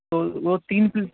تو وہ تین پلیٹ